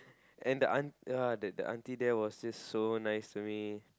and the aunt ya the the auntie was just so nice to me